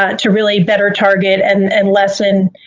ah to really better target and and lessen,